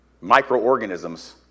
microorganisms